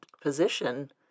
position